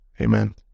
Amen